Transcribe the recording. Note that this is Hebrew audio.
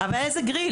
אבל איזה גריל?